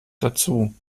dazu